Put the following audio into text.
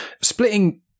splitting